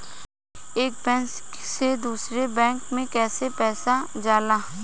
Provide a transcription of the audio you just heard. एक बैंक से दूसरे बैंक में कैसे पैसा जाला?